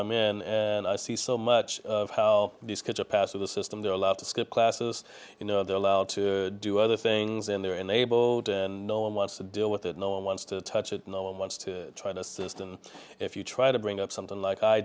i'm in and i see so much of how these kids are passive the system they're allowed to skip classes you know they're allowed to do other things in their enabled and no one wants to deal with it no one wants to touch it no one wants to try to assist and if you try to bring up something like i